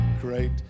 great